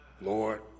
Lord